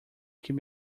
can